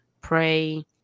pray